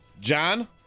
John